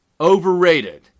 overrated